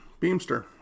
Beamster